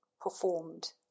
performed